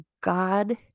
God